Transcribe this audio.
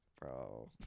Bro